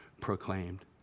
proclaimed